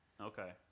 Okay